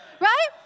right